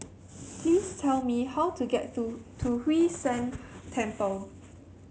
please tell me how to get to to Hwee San Temple